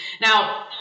Now